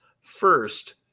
First